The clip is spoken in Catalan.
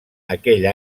aquell